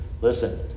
Listen